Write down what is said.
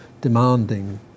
demanding